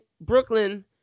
Brooklyn